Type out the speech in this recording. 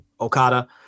Okada